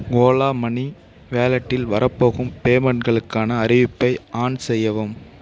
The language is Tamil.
ஓலா மணி வாலெட்டில் வரப்போகும் பேமெண்ட்களுக்கான அறிவிப்பை ஆன் செய்யவும்